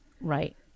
Right